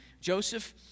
Joseph